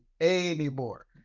anymore